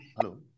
hello